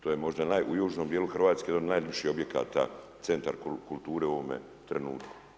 To je možda u južnom dijelu Hrvatske jedan od najljepših objekata, centar kulture u ovome trenutku.